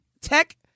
tech